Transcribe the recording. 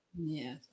Yes